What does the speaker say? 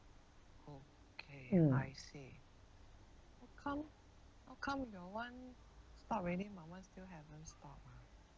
mm